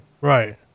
Right